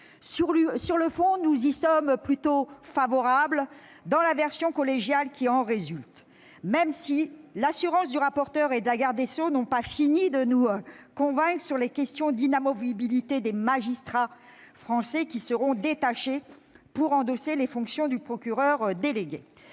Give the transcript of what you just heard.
Sur le fond, nous y sommes plutôt favorables, dans la version collégiale qui en résulte, même si l'assurance du rapporteur et de la garde des sceaux n'ont pas fini de nous convaincre sur les questions d'inamovibilité des magistrats français qui seront détachés pour endosser les fonctions de procureur européen